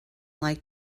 like